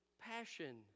passion